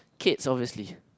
cats obviously